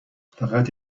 فقط